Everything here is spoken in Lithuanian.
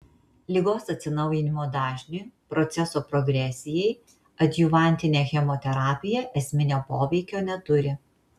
ligos atsinaujinimo dažniui proceso progresijai adjuvantinė chemoterapija esminio poveikio neturi